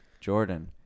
Jordan